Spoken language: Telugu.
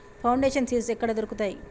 ఫౌండేషన్ సీడ్స్ ఎక్కడ దొరుకుతాయి?